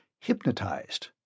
Hypnotized